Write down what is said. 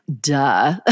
Duh